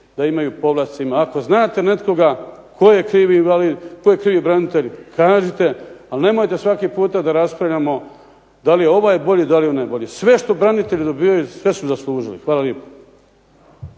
da imaju povlastice. Ako znate nekoga tko je krivi invalid, tko je krivi branitelj, ali nemojte svaki puta da raspravljamo da li je ovaj bolji, da li je onaj bolji. Sve što branitelji dobivaju sve su zaslužili. Hvala lijepo.